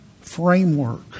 framework